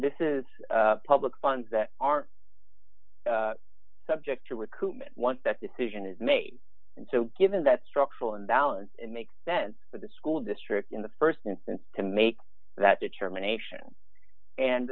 this is public funds that are subject to recoup once that decision is made and so given that structural imbalance makes sense for the school district in the st instance to make that determination and